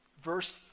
Verse